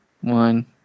one